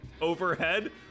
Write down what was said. overhead